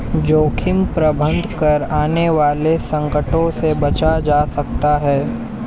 जोखिम प्रबंधन कर आने वाले संकटों से बचा जा सकता है